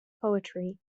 poetry